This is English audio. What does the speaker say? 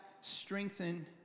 strengthen